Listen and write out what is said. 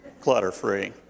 clutter-free